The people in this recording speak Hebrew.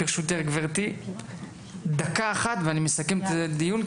ברשותך גבירתי דקה אחת ואני מסכם את הדיון,